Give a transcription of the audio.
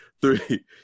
Three